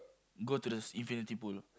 go to the infinity pool